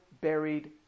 buried